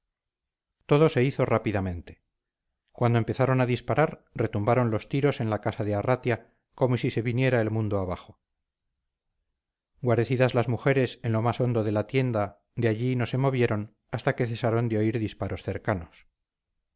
todo se hizo rápidamente cuando empezaron a disparar retumbaban los tiros en la casa de arratia como si se viniera el mundo abajo guarecidas las mujeres en lo más hondo de la tienda de allí no se movieron hasta que cesaron de oír disparos cercanos